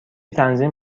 تنظیم